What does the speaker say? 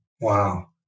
Wow